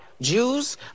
Jews